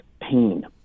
pain